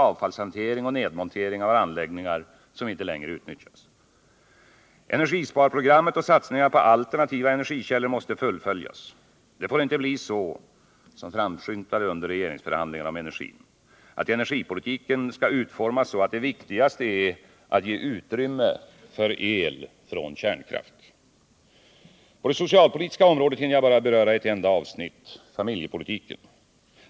avfallshantering och nedmontering av anläggningar som inte längre utnyttjas. Energisparprogrammet och satsningarna på alternativa energikällor måste fullföljas. Det får inte bli så — som framskymtade under regeringsförhandlingarna om energin —att energipolitiken skall utformas så att det viktigaste är att ge utrymme för el från kärnkraft. På det socialpolitiska området hinner jag bara beröra ett enda avsnitt: familjepolitiken.